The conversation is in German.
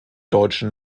deutschen